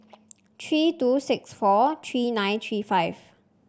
three two six four three nine three five